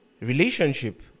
relationship